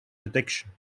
detection